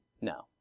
No